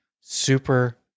super